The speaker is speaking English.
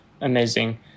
Amazing